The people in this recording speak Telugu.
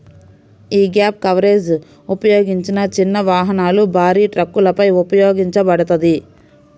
యీ గ్యాప్ కవరేజ్ ఉపయోగించిన చిన్న వాహనాలు, భారీ ట్రక్కులపై ఉపయోగించబడతది